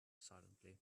silently